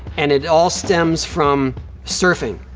and it all stems from surfing.